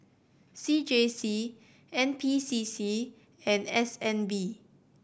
C J C N P C C and S N B